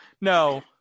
No